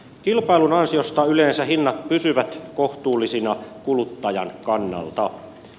kilpailun ansiosta yleensä hinnat pysyvät kohtuullisina kuluttajan kannalta